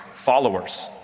Followers